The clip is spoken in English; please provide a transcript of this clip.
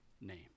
name